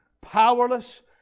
powerless